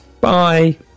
Bye